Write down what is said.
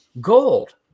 gold